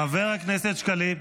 חבר הכנסת שקלים.